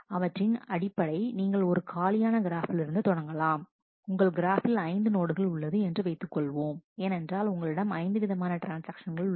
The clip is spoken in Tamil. அவற்றின் அடிப்படை நீங்கள் ஒரு காலியான கிராஃபிலிருந்து தொடங்கலாம் உங்கள் கிராஃபில் ஐந்து நோடுகள் உள்ளது என்று வைத்துக் கொள்வோம் ஏனென்றால் உங்களிடம் ஐந்து விதமான ட்ரான்ஸ்ஆக்ஷன்கள் உள்ளன